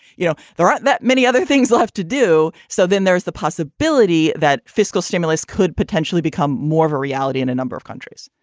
you know, there aren't that many other things left to do. so then there's the possibility that fiscal stimulus could potentially become more of a reality in a number of countries,